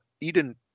Eden